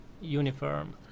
uniform